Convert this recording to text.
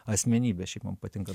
asmenybė šiaip man patinka